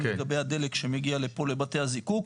גם לגבי הדלק שמגיע לפה לבתי הזיקוק,